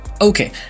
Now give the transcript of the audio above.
Okay